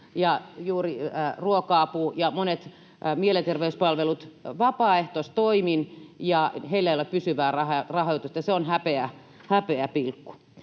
juuri ruoka-apu ja monet mielenterveyspalvelut, vapaaehtoistoimin, ja heillä ei ole pysyvää rahoitusta, ja se on häpeäpilkku.